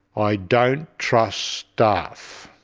i don't trust staff.